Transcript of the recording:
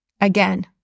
Again